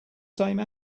same